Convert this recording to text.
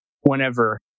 whenever